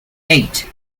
eight